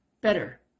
Better